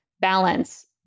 balance